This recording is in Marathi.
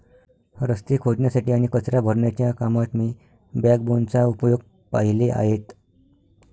रस्ते खोदण्यासाठी आणि कचरा भरण्याच्या कामात मी बॅकबोनचा उपयोग पाहिले आहेत